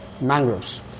mangroves